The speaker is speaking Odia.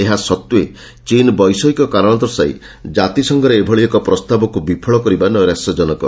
ଏହା ସତ୍ତ୍ୱେ ଚୀନ ବୈଷୟିକ କାରଣ ଦର୍ଶାଇ କାତିସଂଘରେ ଏଭଳି ଏକ ପ୍ରସ୍ତାବକୁ ବିଫଳ କରିବା ନୈରାଶ୍ୟଜନକ